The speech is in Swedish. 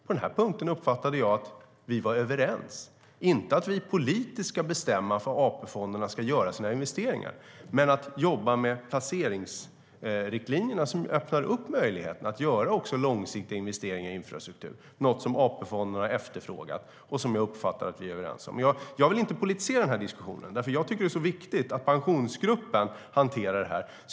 På den punkten uppfattade jag att vi var överens, inte att vi politiskt ska bestämma var AP-fonderna ska göra sina investeringar utan i stället jobba med riktlinjerna för placering så att möjligheter öppnas att göra långsiktiga investeringar i infrastruktur. Det är något som AP-fonderna efterfrågar och som jag uppfattar att vi är överens om. Jag vill inte politisera diskussionen. Jag tycker att det är viktigt att Pensionsgruppen hanterar detta.